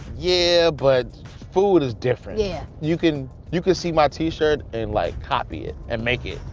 yeah, but food is different. yeah. you can you can see my t-shirt and like copy it, and make it,